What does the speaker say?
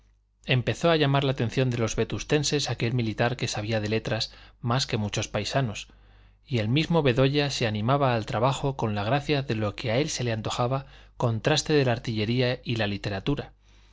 empezó a llamar la atención de los vetustenses aquel militar que sabía de letras más que muchos paisanos y el mismo bedoya se animaba al trabajo con la gracia de lo que a él se le antojaba contraste de la artillería y la literatura